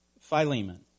Philemon